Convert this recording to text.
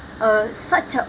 uh such a